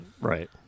Right